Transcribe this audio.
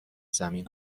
زمین